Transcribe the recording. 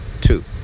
two